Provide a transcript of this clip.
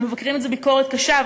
אנחנו מבקרים את זה ביקורת קשה.